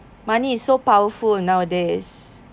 money is so powerful nowadays